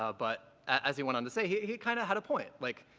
ah but as he went on to say he he kind of had a point. like,